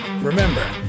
Remember